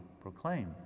proclaim